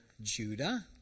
judah